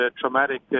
traumatic